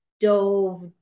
dove